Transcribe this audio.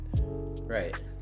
Right